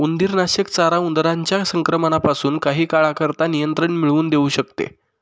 उंदीरनाशक चारा उंदरांच्या संक्रमणापासून काही काळाकरता नियंत्रण मिळवून देऊ शकते